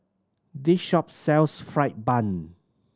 this shop sells fried bun